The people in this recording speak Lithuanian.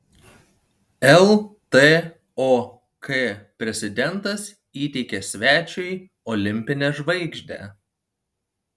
ltok prezidentas įteikė svečiui olimpinę žvaigždę